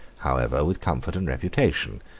however, with comfort and reputation.